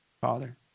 Father